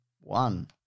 One